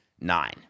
nine